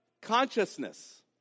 consciousness